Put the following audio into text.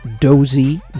Dozy